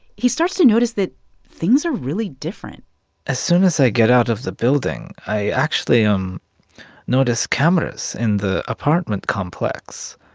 he starts to notice that things are really different as soon as i get out of the building, i actually um notice cameras in the apartment complex,